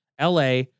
LA